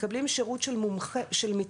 מקבלים שירות של מתמחה,